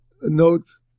notes